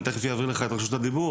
אני תיכף אעביר לך את רשות הדיבור.